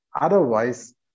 Otherwise